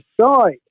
side